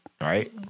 right